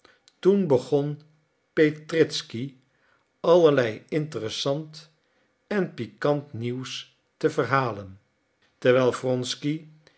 toen begon petritzky allerlei interessant en piquant nieuws te verhalen terwijl wronsky